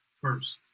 first